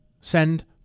send